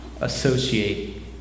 associate